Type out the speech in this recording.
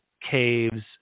caves